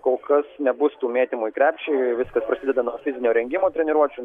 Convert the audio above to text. kol kas nebus tų mėtymų į krepšį ir viskas prasideda nuo fizinio rengimo treniruočių